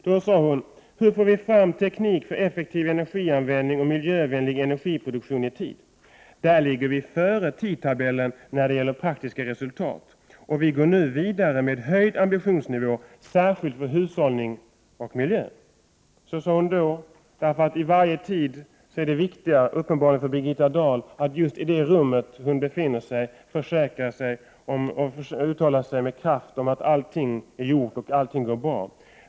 Då sade hon: Hur får vi fram teknik för effektivare energianvändning och miljövänligare energiproduktion i tid? Där ligger vi före tidtabellen när det gäller praktiska resultat, och vi går nu vidare med höjd ambitionsnivå, särskilt för hushållning och miljö. Så sade hon alltså då. Vid varje tillfälle är uppenbarligen det viktiga för Birgitta Dahl att just i det rum där hon befinner sig försäkra och med kraft uttala att allting är gjort och att allting går bra.